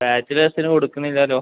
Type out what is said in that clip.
ബാച്ചിലേഴ്സിന് കൊടുക്കുന്നില്ലല്ലൊ